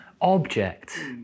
Object